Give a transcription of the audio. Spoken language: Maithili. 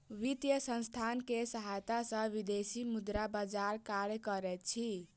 वित्तीय संसथान के सहायता सॅ विदेशी मुद्रा बजार कार्य करैत अछि